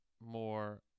more